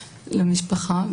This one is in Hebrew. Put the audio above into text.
למשפחה,